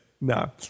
No